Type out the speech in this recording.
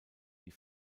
die